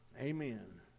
Amen